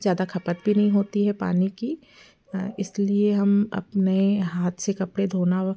ज़्यादा खपत भी नहीं होती है पानी की इस लिए हम अपने हाथ से कपड़े धाेना